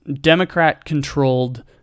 Democrat-controlled